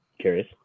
curious